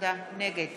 נגד